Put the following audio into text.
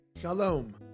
Shalom